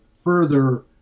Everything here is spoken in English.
further